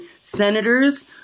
senators